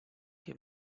que